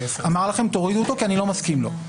אמר לכם להוריד אותו כי הוא לא הסיכם לו.